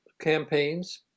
campaigns